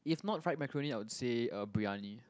if not fried macaroni I would say uh briyani